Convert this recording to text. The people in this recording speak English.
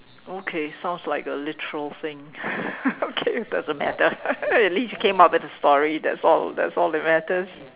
okay sounds like a literal thing okay it doesn't matter at least came up with a story that's all that's all that matters